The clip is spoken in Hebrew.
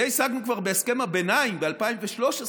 את זה השגנו כבר בהסכם הביניים ב-2013.